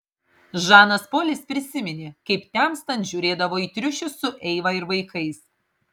žanas polis prisiminė kaip temstant žiūrėdavo į triušius su eiva ir vaikais